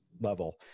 level